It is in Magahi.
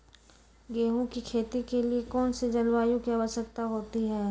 गेंहू की खेती के लिए कौन सी जलवायु की आवश्यकता होती है?